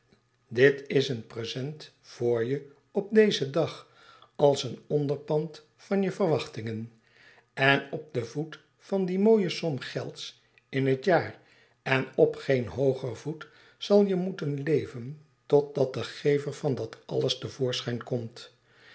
dit is een present voor je op dezen dag als een onderpand van je verwachtingen en op den voet van die mooie som gelds in het jaar en op geen hooger voet zal je moeten leven totdat de gever van dat alles te voorschijn komt